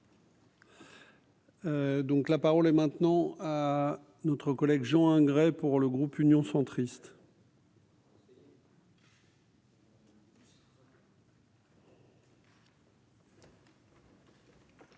la parole est maintenant à notre collègue Jean Grey pour le groupe Union centriste.